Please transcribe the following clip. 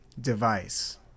device